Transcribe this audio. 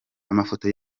amafoto